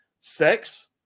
sex